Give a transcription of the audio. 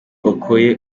okoye